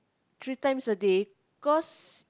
three times a day cause